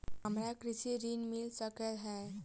हमरा कृषि ऋण मिल सकै है?